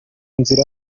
nzira